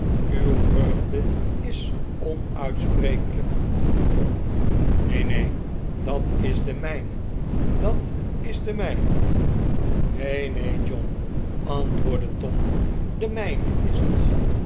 uw vreugde is onuitsprekelijk tom neen neen dat is de mijne r dat is de mijne neen neen john antwoordde tom de mijne is het